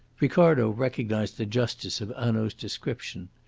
ricardo recognised the justice of hanaud's description.